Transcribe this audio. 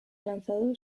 lanzado